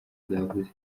bwavuze